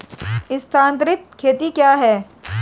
स्थानांतरित खेती क्या है?